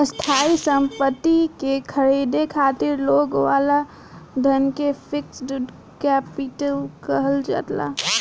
स्थायी सम्पति के ख़रीदे खातिर लागे वाला धन के फिक्स्ड कैपिटल कहल जाला